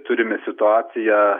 turime situaciją